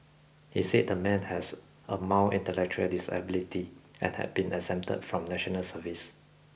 he said the man has a mild intellectual disability and had been exempted from national service